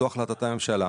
זו החלטת הממשלה.